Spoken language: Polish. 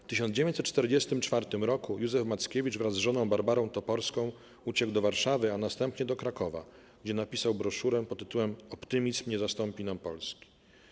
W 1944 roku Józef Mackiewicz, wraz z żoną Barbarą Toporską, uciekł do Warszawy, a następnie do Krakowa, gdzie napisał broszurę pt. 'Optymizm nie zastąpi nam Polski'